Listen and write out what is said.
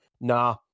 Nah